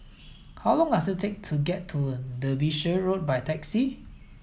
how long does it take to get to Derbyshire Road by taxi